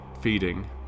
feeding